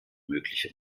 mögliche